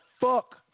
fuck